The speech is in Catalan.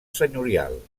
senyorial